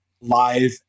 live